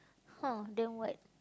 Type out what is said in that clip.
!huh! then what